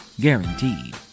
Guaranteed